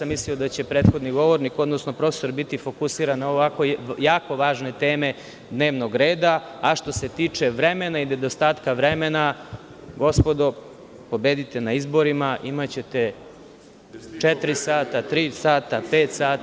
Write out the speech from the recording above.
Mislio sam da će prethodni govornik, odnosno profesor biti fokusiran na jako važne teme dnevnog reda, a što se tiče vremena i nedostatka vremena, gospodo, pobedite na izborima, pa ćete imati četiri sata, tri sata, pet sati.